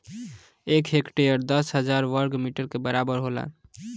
एक हेक्टेयर दस हजार वर्ग मीटर के बराबर होला